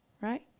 right